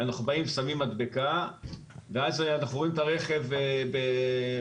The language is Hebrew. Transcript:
אנחנו שמים מדבקה ואז אנחנו רואים את הרכב שלושה